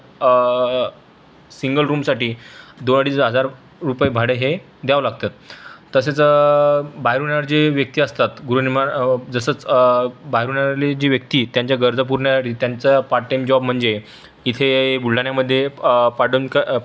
single रूमसाठी दोन अडीच हजार रुपये भाडं हे द्यावं लागतात तसेच बाहेरून येणार जी व्यक्ती असतात गृहनिर्माण जसंच बाहेरून येणार जी व्यक्ती त्यांचा गरजा पुरवण्यासाठी त्यांचा पाटटाईम जॉब म्हणजे इथे बुलढाण्यामध्ये पाट्टाईम पार्टटाईम जॉब करण्यासाठी